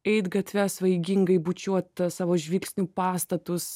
eiti gatve svaigingai bučiuot savo žvilgsniu pastatus